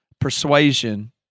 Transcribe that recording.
persuasion